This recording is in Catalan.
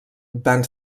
van